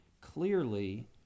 clearly